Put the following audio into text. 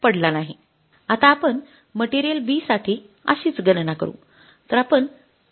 आता आपण material B साठी अशीच गणना करू तर आपण B इथे घेतल्यास काय होईल